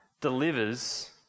delivers